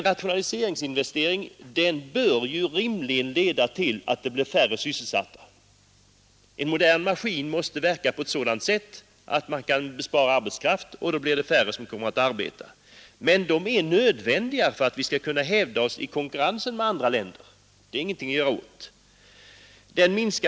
Rationaliseringsinvesteringar bör rimligen leda till att det blir färre sysselsatta en modern maskin måste verka på ett sådant sätt att man kan spara in arbetskraft, och då blir det färre som kommer att arbeta men de är nödvändiga för att vi skall kunna hävda oss i konkurrensen med andra länder. Det är ingenting att göra åt det!